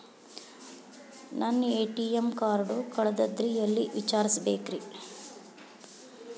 ನನ್ನ ATM card ಕಳದದ್ರಿ ಎಲ್ಲಿ ವಿಚಾರಿಸ್ಬೇಕ್ರಿ?